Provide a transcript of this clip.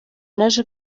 naje